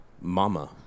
Mama